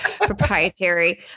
proprietary